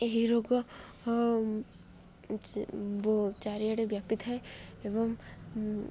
ଏହି ରୋଗ ଚାରିଆଡ଼େ ବ୍ୟାପି ଥାଏ ଏବଂ